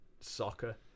soccer